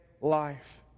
life